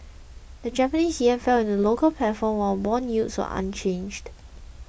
the Japanese yen fell in the local platform while bond yields were unchanged